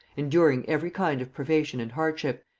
enduring every kind of privation and hardship,